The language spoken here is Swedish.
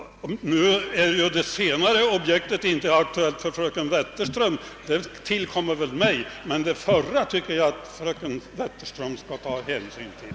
Det senare objektet är förstås inte aktuellt för fröken Wetterström, utan ankommer väl närmast mig att tänka på. Men det förra tycker jag att fröken Wetterström skall ta hänsyn till.